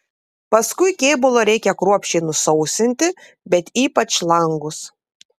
paskui kėbulą reikia kruopščiai nusausinti bet ypač langus